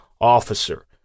officer